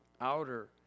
outer